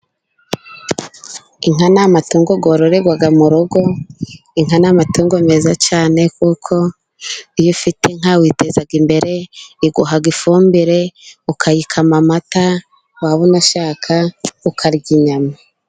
Inka ni amatungo yororerwa mu rugo, inka ni amatungo meza cyane kuko iyo ufite inka witeza imbere, iguha ifumbire, ukayikama amata, waba unashaka ukarya inyama.